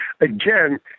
Again